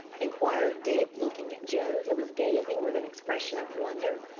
inquired dick, looking at joe, who was gazing with an expression of wonder,